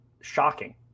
shocking